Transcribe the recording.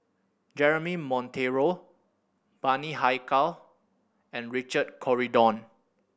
Jeremy Monteiro Bani Haykal and Richard Corridon